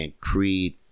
Creed